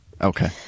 okay